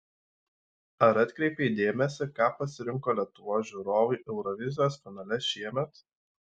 ar atkreipei dėmesį ką pasirinko lietuvos žiūrovai eurovizijos finale šiemet